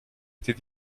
était